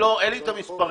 אין לי את המספרים.